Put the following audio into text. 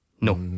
No